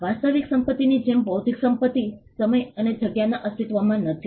વાસ્તવિક સંપતિની જેમ બૌદ્ધિક સંપત્તિ સમય અને જગ્યામાં અસ્તિત્વમાં નથી